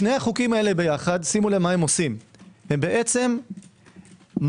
שני החוקים הללו יחד בעצם מחלישים